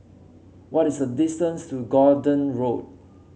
what is the distance to Gordon Road